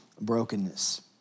brokenness